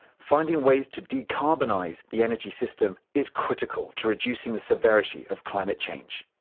finding ways to decarbonise the energy system is critical to reducing the severity of climate change.